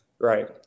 Right